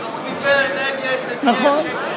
נגד נביאי השקר.